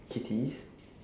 kitties